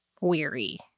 weary